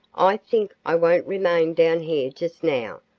i think i won't remain down here just now.